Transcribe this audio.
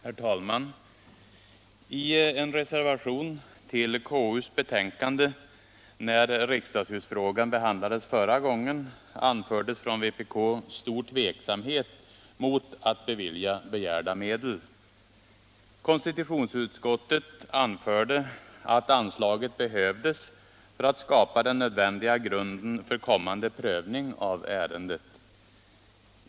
Herr talman! I en reservation till konstitutionsutskottets betänkande när riksdagshusfrågan behandlades förra gången anfördes från vpk stor tveksamhet mot att bevilja begärda medel. Konstitutionsutskottet anförde att anslaget behövdes för att skapa den nödvändiga grunden för kommande prövning av ärendet.